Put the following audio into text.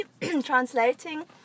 translating